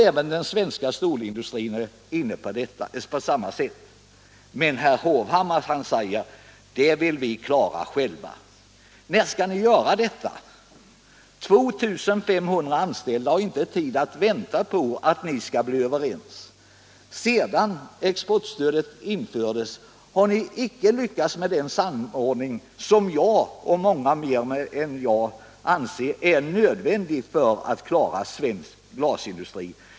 Även den svenska stålindustrin är inne på detta. Men herr Hovhammar säger: Det vill vi klara själva! När skall ni göra detta? 2 500 anställda har inte tid att vänta på att ni skall bli överens. Sedan exportstödet infördes har ni icke lyckats med - Nr 130 en samordning som jag, och många fler än jag, anser är nödvändig för Torsdagen den alt klara glasindustrin.